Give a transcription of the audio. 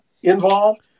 involved